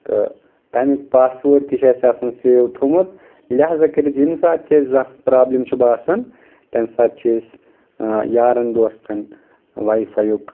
تہٕ تَمیُک password تہِ چھُ اَسہِ آسان سیو تھومُت لِہذا کٔرِتھ ییٚمہِ ساتہٕ تہِ اَسہِ زانٛہہ پروبلِم چھِ باسان تَمہِ ساتہٕ چھٕ أسۍ یارن دوستن واے فایُک